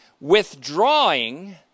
Withdrawing